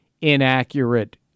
inaccurate